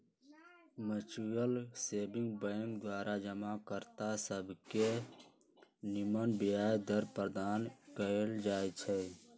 mutual saving bank द्वारा जमा कर्ता सभके निम्मन ब्याज दर प्रदान कएल जाइ छइ